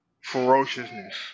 ferociousness